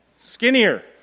skinnier